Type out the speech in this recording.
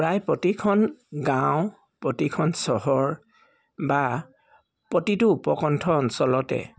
প্ৰায় প্ৰতিখন গাঁও প্ৰতিখন চহৰ বা প্ৰতিটো উপকণ্ঠ অঞ্চলতে